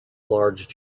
large